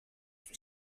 for